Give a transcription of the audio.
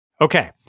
Okay